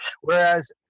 whereas